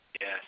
Yes